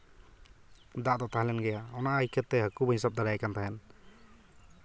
ᱫᱟᱜ ᱫᱚ ᱛᱟᱦᱮᱸ ᱞᱮᱱ ᱜᱮᱭᱟ ᱚᱱᱟ ᱤᱭᱠᱟᱹᱛᱮ ᱦᱟᱹᱠᱩ ᱵᱟᱹᱧ ᱥᱟᱵ ᱫᱟᱲᱮᱭᱟᱭ ᱠᱟᱱ ᱛᱟᱦᱮᱸᱜ